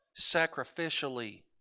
sacrificially